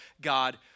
God